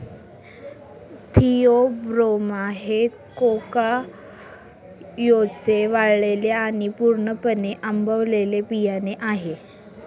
Theobroma हे कोकाओचे वाळलेले आणि पूर्णपणे आंबवलेले बियाणे आहे